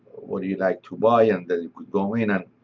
what do you like to buy, and then you could go in and